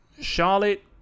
Charlotte